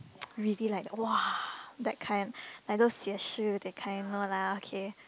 really like !wow! that kind like those 写诗 that kind no lah okay